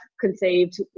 conceived